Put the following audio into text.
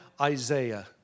Isaiah